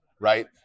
right